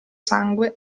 sangue